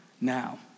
Now